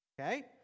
Okay